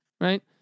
right